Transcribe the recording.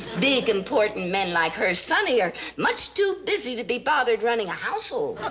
big, important men like her sonny are much too busy to be bothered running a household.